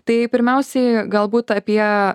tai pirmiausiai galbūt apie